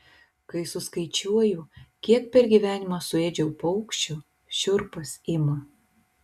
kai suskaičiuoju kiek per gyvenimą suėdžiau paukščių šiurpas ima